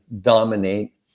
dominate